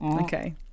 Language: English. Okay